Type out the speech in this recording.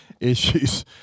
issues